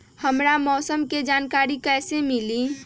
हमरा मौसम के जानकारी कैसी मिली?